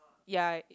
yea